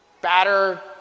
batter